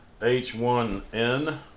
H1N